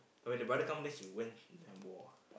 when the brother come then she went and then wore ah